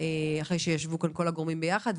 אחרי שישבו כאן כל הגורמים ביחד.